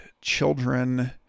children